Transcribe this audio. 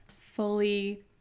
fully